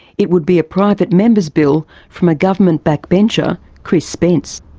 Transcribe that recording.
it would be a private members bill from a government backbencher, chris spence.